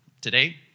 today